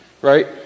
right